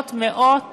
ומשלמות מאות